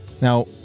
Now